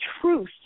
truth